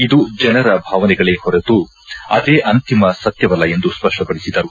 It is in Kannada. ಇದು ಜನರ ಭಾವನೆಗಳೆ ಹೊರತೇ ಇದೇ ಅಂತಿಮ ಸತ್ಯವಲ್ಲ ಎಂದು ಸ್ಪಷ್ಟಪಡಿಸಿದ್ದಾರೆ